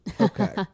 okay